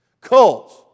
Cults